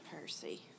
Percy